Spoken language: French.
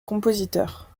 compositeur